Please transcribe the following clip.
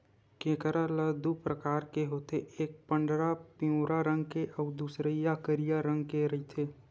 केंकरा दू परकार होथे एक पंडरा पिंवरा रंग के अउ दूसरइया करिया रंग के रहिथे